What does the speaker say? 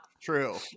True